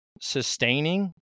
sustaining